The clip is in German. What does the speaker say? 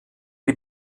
die